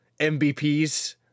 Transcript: MVPs